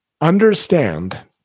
Understand